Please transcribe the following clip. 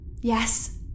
Yes